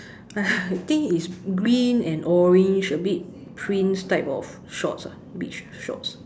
I think is green and orange a bit prints type of shorts ah beach shorts